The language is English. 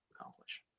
accomplish